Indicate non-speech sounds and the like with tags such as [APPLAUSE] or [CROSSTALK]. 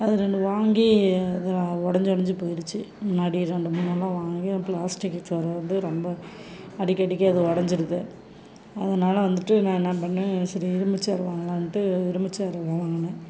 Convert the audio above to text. அது ரெண்டு வாங்கி அது ஒடஞ்சு ஒடஞ்சு போயிருச்சு முன்னாடி ரெண்டு மூணு நடை வாங்கி ப்ளாஸ்டிக் சேர் வந்து ரொம்ப அடிக்கடிக்க அது ஒடஞ்சுருது அதனால வந்துட்டு நான் என்ன பண்ணிணேன் சரி இரும்பு சேர் வாங்கலாம்டு இரும்பு சேர் [UNINTELLIGIBLE] வாங்கினேன்